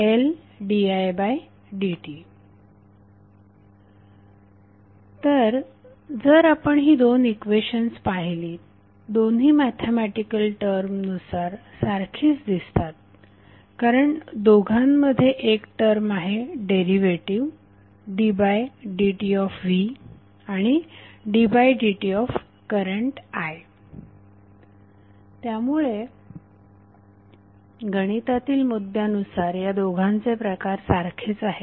vLdidt तर जर आपण ही दोन इक्वेशन्स पाहिलीत दोन्ही मॅथेमॅटिकल टर्मनुसार सारखीच दिसतात कारण दोघांमध्ये एक टर्म आहे derivative d by dt of v आणि d by dt of current i त्यामुळे गणितातील मुद्द्यानुसार या दोघांचे प्रकार सारखेच आहेत